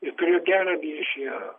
jis turėjo gerą ryšį